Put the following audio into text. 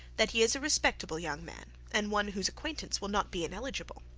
that he is a respectable young man, and one whose acquaintance will not be ineligible.